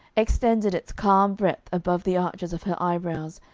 extended its calm breadth above the arches of her eyebrows,